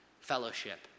fellowship